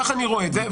כך אני רואה את זה,